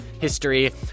history